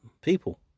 people